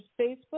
Facebook